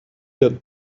had